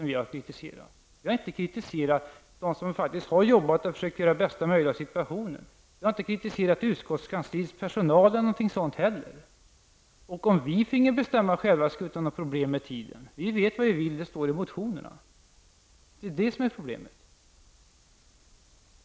Vi har inte kritiserat dem som har arbetat och försökt göra det bästa möjliga av situationen. Vi har inte kritiserat utskottskansliets personal. Om vi finge bestämma själva, skulle det inte vara några problem med tiden. Vi vet vad vi vill. Det står i motionerna. Det är inte det som är problemet.